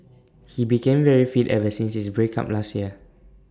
he became very fit ever since his break up last year